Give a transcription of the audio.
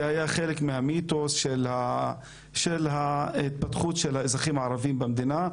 זה היה חלק מהמיתוס של ההתפתחות של האזרחים הערבים במדינה,